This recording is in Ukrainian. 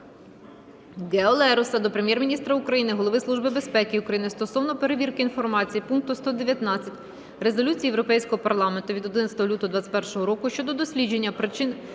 Гео Лероса до Прем'єр-міністра України, Голови Служби безпеки України стосовно перевірки інформації пункту 119 резолюції Європейського парламенту від 11 лютого 2021 року щодо дослідження причин